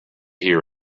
hear